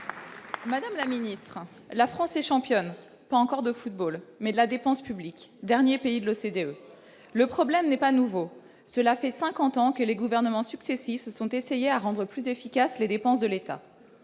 Madame la secrétaire d'État, la France est championne- pas encore de football, mais de la dépense publique, au dernier rang des pays de l'OCDE. Le problème n'est pas nouveau : cela fait cinquante ans que les gouvernements successifs se sont essayés à rendre plus efficaces les dépenses de l'État.